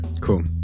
cool